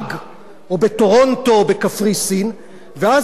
או בטורונטו, או בקפריסין, ואז הם חוזרים,